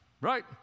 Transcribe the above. Right